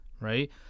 right